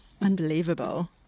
Unbelievable